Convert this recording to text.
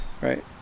right